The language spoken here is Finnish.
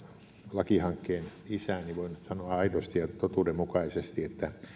lakihankkeen isä ja voin sanoa aidosti ja totuudenmukaisesti että